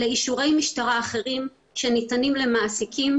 אלה אישורי משטרה אחרים שניתנים למעסיקים,